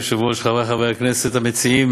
אדוני היושב-ראש, תודה, חברי חברי הכנסת, המציעים